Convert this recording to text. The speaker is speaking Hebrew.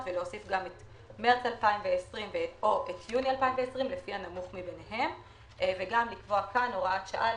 התקנות האלה עוסקות בבעלי רישיון מכוח חוק הגדרת העיסוק בייעוץ השקעות,